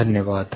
धन्यवाद